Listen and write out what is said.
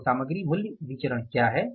तो सामग्री मूल्य विचरण क्या है